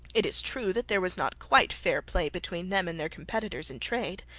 it is true that there was not quite fair play between them and their competitors in trade.